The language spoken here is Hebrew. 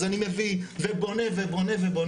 אז אני מביא ובונה ובונה,